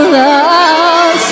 love